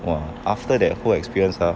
!wah! after that whole experience ah